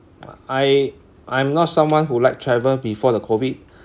I I'm not someone who like travel before the COVID